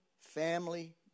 family